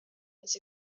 his